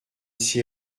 six